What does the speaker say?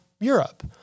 Europe